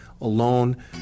alone